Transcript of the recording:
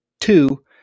Two